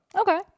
Okay